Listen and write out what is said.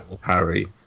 Harry